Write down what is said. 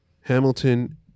Hamilton